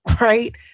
right